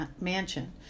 mansion